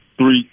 three